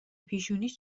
پیشونیش